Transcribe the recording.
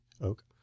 oak